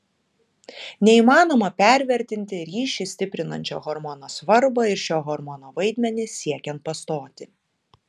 neįmanoma pervertinti ryšį stiprinančio hormono svarbą ir šio hormono vaidmenį siekiant pastoti